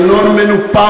פה?